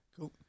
Cool